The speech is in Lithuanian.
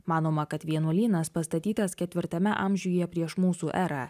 manoma kad vienuolynas pastatytas ketvirtame amžiuje prieš mūsų erą